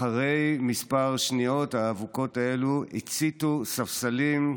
אחרי כמה שניות האבוקות האלה הציתו ספסלים.